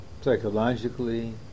psychologically